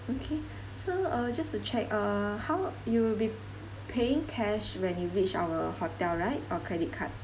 okay so uh just to check err how you'll be paying cash when you reach our hotel right or credit card